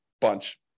bunch